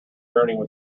journey